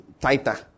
tighter